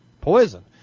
poison